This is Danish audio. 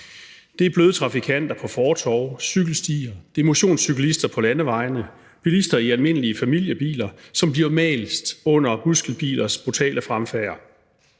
Det er bløde trafikanter på fortove og cykelstier, det er motionscyklister på landevejene, bilister i almindelige familiebiler, som bliver mast under muskelbilers brutale fremfærd.